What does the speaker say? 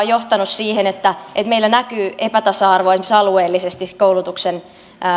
on johtanut siihen että meillä näkyy epätasa arvoa esimerkiksi alueellisesti koulutuksen